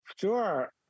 Sure